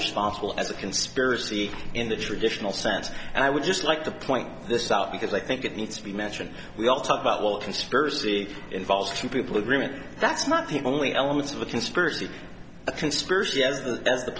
responsible as a conspiracy in the traditional sense and i would just like to point this out because i think it needs to be mentioned we all talk about well a conspiracy involves two people agreement that's not the only elements of a conspiracy a conspiracy